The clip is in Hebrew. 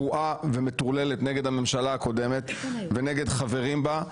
פרועה ומטורללת נגד הממשלה הקודמת ונגד חברים בה,